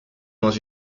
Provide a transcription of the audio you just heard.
dans